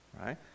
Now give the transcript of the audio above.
right